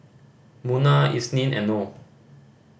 Munah Isnin and Noh